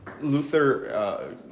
Luther